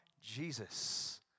Jesus